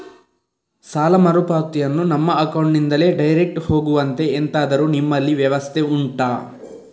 ಸಾಲ ಮರುಪಾವತಿಯನ್ನು ನಮ್ಮ ಅಕೌಂಟ್ ನಿಂದಲೇ ಡೈರೆಕ್ಟ್ ಹೋಗುವಂತೆ ಎಂತಾದರು ನಿಮ್ಮಲ್ಲಿ ವ್ಯವಸ್ಥೆ ಉಂಟಾ